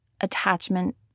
attachment